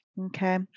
Okay